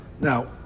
Now